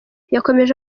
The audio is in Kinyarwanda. yakomeje